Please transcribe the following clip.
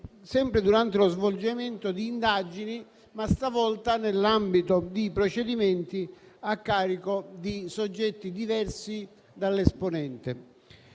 sempre durante lo svolgimento di indagini, ma stavolta nell'ambito di procedimenti a carico di soggetti diversi dall'esponente.